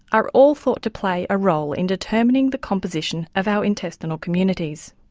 are all thought to play a role in determining the composition of our intestinal communities.